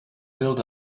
build